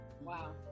Wow